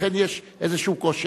ולכן יש איזשהו קושי.